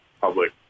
public